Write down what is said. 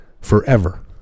forever